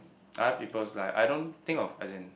other people's live I don't think of as in